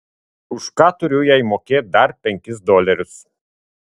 už ką turiu jai mokėt dar penkis dolerius